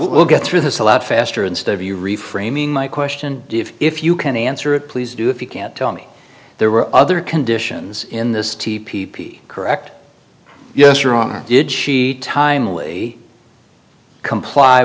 we'll get through this a lot faster instead of you reframing my question if you can answer it please do if you can't tell me there were other conditions in this p p correct yes or wrong or did she timely comply